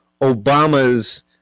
Obama's